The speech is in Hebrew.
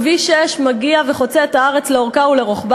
כביש 6 מגיע וחוצה את הארץ לאורכה ולרוחבה